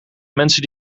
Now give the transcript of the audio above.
mensen